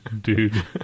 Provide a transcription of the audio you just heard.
Dude